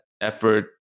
effort